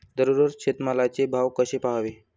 दररोज शेतमालाचे भाव कसे पहावे?